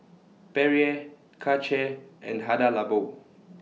Perrier Karcher and Hada Labo